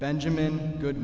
benjamin good